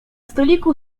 stoliku